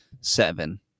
seven